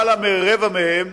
יותר מרבע מהם